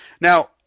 now